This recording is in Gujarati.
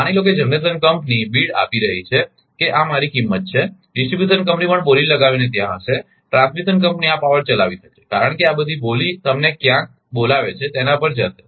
માની લો કે જનરેશન કંપની બિડ આપી રહી છે કે આ મારી કિંમત છે ડિસ્ટ્રિબ્યુશન કંપની પણ બોલી લગાવીને ત્યાં હશે ટ્રાન્સમિશન કંપની આ પાવર ચલાવી શકે છે કારણ કે આ બધી બોલી તમને ક્યાંક બોલાવે છે તેના પર જશે